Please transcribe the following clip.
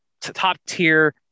top-tier